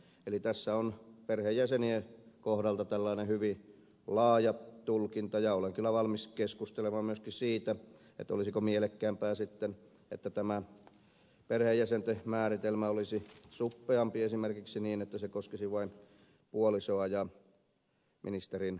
eli tässä on perheenjäsenien kohdalla tällainen hyvin laaja tulkinta ja olen kyllä valmis keskustelemaan myöskin siitä olisiko mielekkäämpää sitten että tämä perheenjäsenten määritelmä olisi suppeampi esimerkiksi niin että se koskisi vain puolisoa ja ministerin lapsia